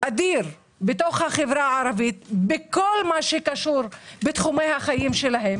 שיש צורך אדיר בתוך החברה הערבית בכל מה שקשור בתחומי החיים שלהם.